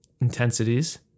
intensities